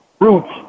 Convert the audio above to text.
roots